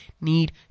need